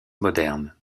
moderne